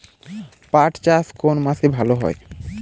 পাট চাষ কোন মাসে ভালো হয়?